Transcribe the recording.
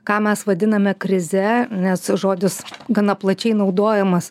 ką mes vadiname krize nes žodis gana plačiai naudojamas